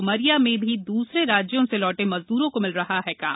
उमरिया में भी दुसरे राज्यों से लौटे मजदुरों को मिल रहा है काम